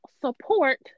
support